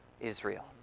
Israel